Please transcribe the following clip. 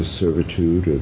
servitude